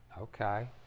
okay